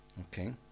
Okay